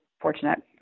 fortunate